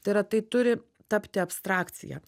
tai yra tai turi tapti abstrakcija